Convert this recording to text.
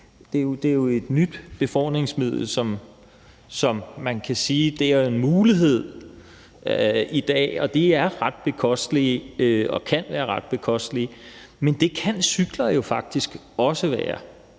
er et nyt befordringsmiddel, som er en mulighed i dag. De er ret bekostelige og kan være ret bekostelige, men det kan cykler jo faktisk også være.